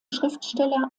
schriftsteller